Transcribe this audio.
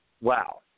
wow